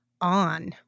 on